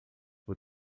por